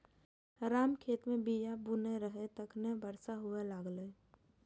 राम खेत मे बीया बुनै रहै, तखने बरसा हुअय लागलै